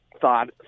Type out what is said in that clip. thought